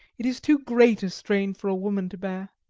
it is too great a strain for a woman to bear.